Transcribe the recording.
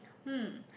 hmm